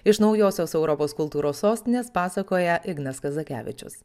iš naujosios europos kultūros sostinės pasakoja ignas kazakevičius